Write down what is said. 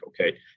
okay